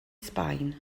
sbaen